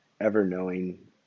ever-knowing